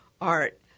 art